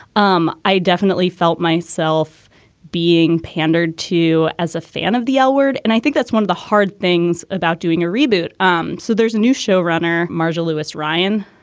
um i definitely felt myself being pandered to as a fan of the ah l-word, and i think that's one of the hard things about doing a reboot. um so there's a new showrunner, marshall lewis ryan.